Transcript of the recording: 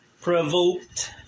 provoked